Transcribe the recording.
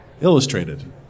illustrated